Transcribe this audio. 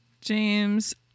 james